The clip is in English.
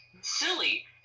silly